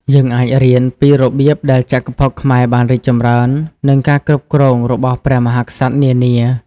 យើងអាចរៀនពីរបៀបដែលចក្រភពខ្មែរបានរីកចម្រើន និងការគ្រប់គ្រងរបស់ព្រះមហាក្សត្រនានា។